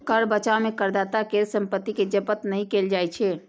कर बचाव मे करदाता केर संपत्ति कें जब्त नहि कैल जाइ छै